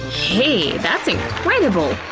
hey! that's incredible!